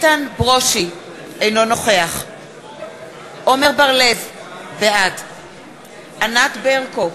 אינו נוכח עמר בר-לב, בעד ענת ברקו,